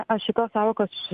aš šitos sąvokos